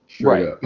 right